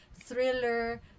thriller